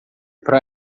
para